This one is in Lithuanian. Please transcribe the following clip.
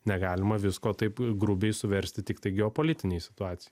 negalima visko taip grubiai suversti tiktai geopolitinei situacijai